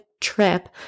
trip